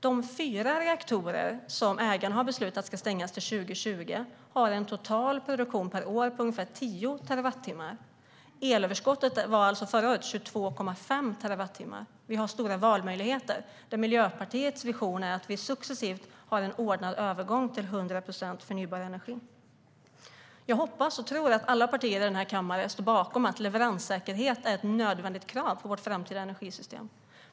De fyra reaktorer som ägarna har beslutat ska stängas till 2020 har en total produktion på ungefär 10 terawattimmar per år. Elöverskottet var förra året 22,5 terawattimmar. Vi har stora valmöjligheter, men Miljöpartiets vision är att vi successivt har en ordnad övergång till 100 procent förnybar energi. Jag hoppas och tror att alla partier i den här kammaren står bakom att leveranssäkerhet är ett nödvändigt krav för vårt framtida energisystem.